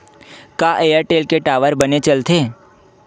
का एयरटेल के टावर बने चलथे?